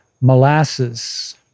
molasses